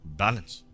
balance